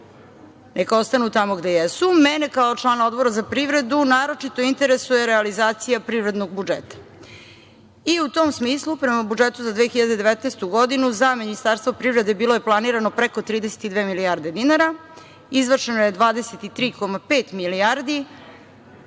nas ostanu tamo gde jesu. Mene, kao član odbora za privredu, naročito interesuje realizacija privrednog budžeta. U tom smislu prema budžetu za 2019. godinu, za Ministarstvo privrede bilo je planirano preko 32 milijarde dinara, izvršeno je 23,5 milijardi.